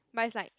but it's like